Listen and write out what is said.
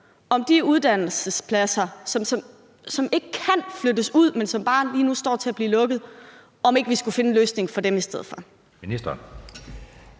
for de uddannelsespladser, som ikke kan flyttes ud, men som bare lige nu står til at blive lukket? Kl. 16:39 Anden næstformand